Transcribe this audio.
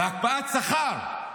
והקפאת שכר.